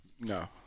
No